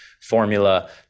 formula